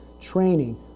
training